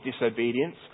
disobedience